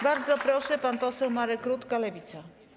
Bardzo proszę, pan poseł Marek Rutka, Lewica.